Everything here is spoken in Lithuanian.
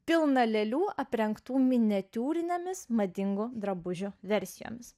pilną lėlių aprengtų miniatiūrinėmis madingų drabužių versijomis